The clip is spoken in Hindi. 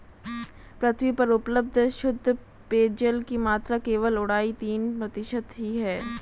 पृथ्वी पर उपलब्ध शुद्ध पेजयल की मात्रा केवल अढ़ाई तीन प्रतिशत ही है